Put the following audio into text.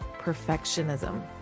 perfectionism